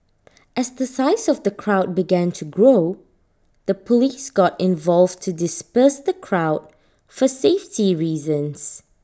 as the size of the crowd began to grow the Police got involved to disperse the crowd for safety reasons